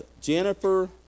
Jennifer